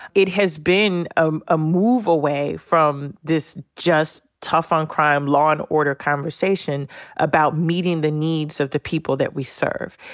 it has been um a move away from this just tough on crime, law and order conversation about meeting the needs of the people that we serve.